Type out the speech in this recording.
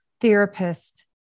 therapist